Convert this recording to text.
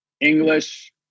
English